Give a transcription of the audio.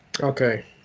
Okay